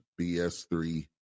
BS3